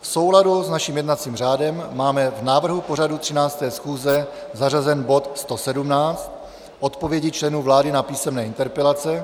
V souladu s naším jednacím řádem máme v návrhu pořadu 13. schůze zařazen bod 117 Odpovědi členů vlády na písemné interpelace.